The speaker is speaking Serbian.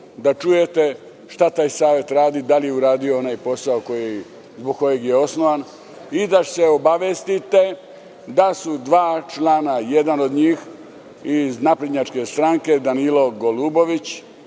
da čujete šta taj savet radi, da li je uradio onaj posao zbog kojeg je osnovan i da se obavestite da su dva člana, jedan od njih iz naprednjačke stranke, Danilo Golubović